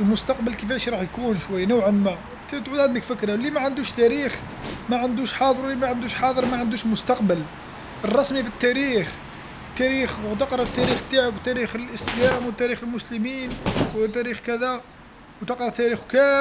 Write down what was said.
المستقبل كيفاش راح يكون شوي نوعا ما تعود عندك فكره اللي ما عندوش تاريخ ما عندوش حاضر واللي ما عندوش حاضر ما عندوش مستقبل الرسمي في التاريخ تاريخ وتقرأ التاريخ تاعك وتاريخ الإسلام وتاريخ المسلمين وتاريخ كذا وتقرا تاريخ كامل.